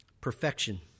Perfection